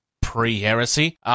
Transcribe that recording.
pre-heresy